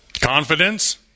Confidence